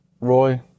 Roy